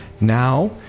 now